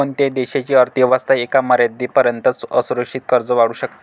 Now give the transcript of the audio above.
कोणत्याही देशाची अर्थ व्यवस्था एका मर्यादेपर्यंतच असुरक्षित कर्ज वाढवू शकते